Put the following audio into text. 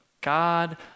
God